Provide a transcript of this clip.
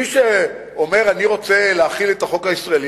מי שאומר: אני רוצה להחיל את החוק הישראלי,